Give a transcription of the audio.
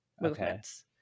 movements